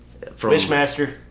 Fishmaster